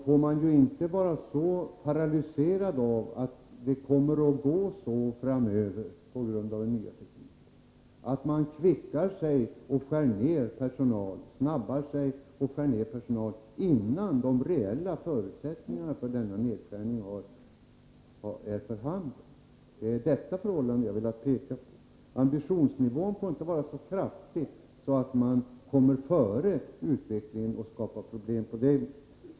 Men man får inte vara så paralyserad av att utvecklingen skall gå på detta sätt framöver, på grund av den nya tekniken, att man snabbar sig med att skära ner personalen innan de reella förutsättningarna för denna nedskärning är för handen. Det är detta förhållande som jag har velat peka på. Ambitionsnivån får inte vara så kraftig att man kommer före utvecklingen och skapar problem på det sättet.